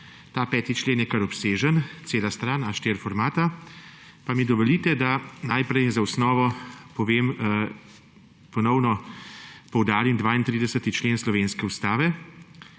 Ta 5. člen je kar obsežen, cela stran A4 formata. Pa mi dovolite, da naprej za osnovo ponovno poudarim 32. člen slovenske ustave,